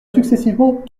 successivement